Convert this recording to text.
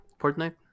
Fortnite